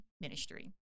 ministry